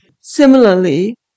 Similarly